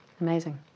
Amazing